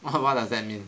what does that mean